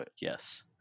Yes